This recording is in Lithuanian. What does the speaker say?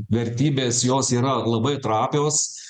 vertybės jos yra labai trapios